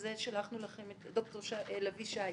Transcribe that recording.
ד"ר לביא שי,